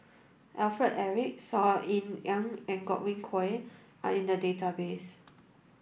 Alfred Eric Saw Ean Ang and Godwin Koay are in the database